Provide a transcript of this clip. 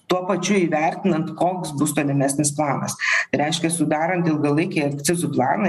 tuo pačiu įvertinant koks bus tolimesnis planas reiškia sudarant ilgalaikį akcizų planą